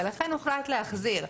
לכן הוחלט להחזיר.